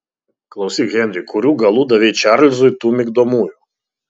klausyk henri kurių galų davei čarlzui tų migdomųjų